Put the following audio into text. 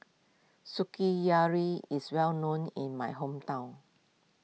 is well known in my hometown